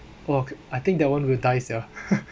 !whoa! I think that one will die sia